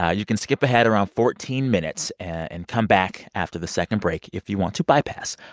ah you can skip ahead around fourteen minutes and come back after the second break if you want to bypass.